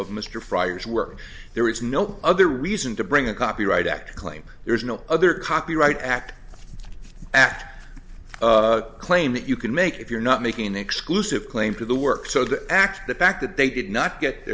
of mr fryers work there is no other reason to bring a copyright act claim there is no other copyright act after a claim that you can make if you're not making an exclusive claim to the work so the act the fact that they did not get the